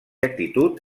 actitud